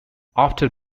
after